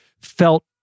felt